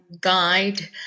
Guide